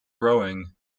rowing